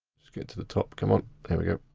just get to the top, come on. there we go,